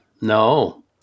No